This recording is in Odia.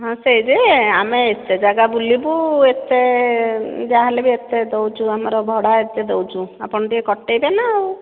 ହଁ ସେଇ ଯେ ଆମେ ଏତେ ଜାଗା ବୁଲିବୁ ଏତେ ଯାହେଲେ ବି ଦେଉଛୁ ଏତେ ଭଡ଼ା ଏତେ ଦେଉଛୁ ଆପଣ ଟିକେ କଟେଇବେ ନା ଆଉ